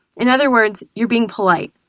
in other words, you're being polite.